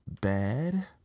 bad